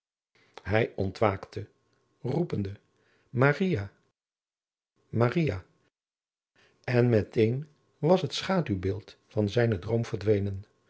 hij ontwaakte roepende maria maria en met een was het schaduwbeeld van zijnen droom verdwenen